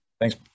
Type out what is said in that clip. Thanks